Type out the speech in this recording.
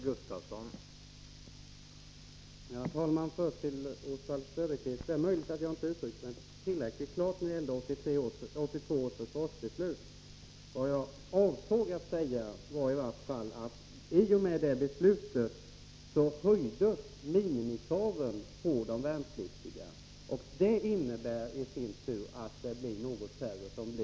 Herr talman! Först några ord till Oswald Söderqvist. Det är möjligt att jag inte uttryckte mig tillräckligt klart när det gällde 1982 års försvarsbeslut. Vad jag avsåg att säga var i vart fall att i och med det beslutet höjdes minimikraven på de värnpliktiga, och det innebär i sin tur att något färre tas ut.